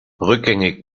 rückgängig